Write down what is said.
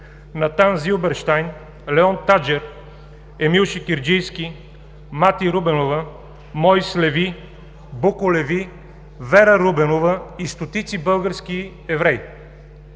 Натан Зилберщайн, Леон Таджер, Емил Шекерджийски, Мати Рубенова, Моис Леви, Буко Леви, Вела Рубенова и стотици български евреи.